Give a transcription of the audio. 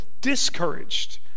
discouraged